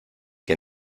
que